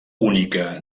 única